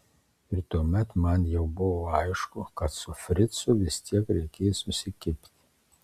ir tuomet man jau buvo aišku kad su fricu vis tiek reikės susikibti